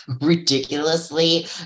ridiculously